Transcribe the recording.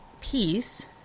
piece